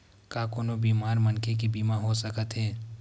का कोनो बीमार मनखे के बीमा हो सकत हे?